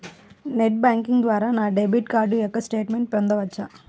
Net banking ద్వారా నా debit card యొక్క స్టేట్మెంట్ పొందవచ్చా?